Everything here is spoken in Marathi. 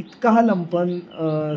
इतका हा लंपन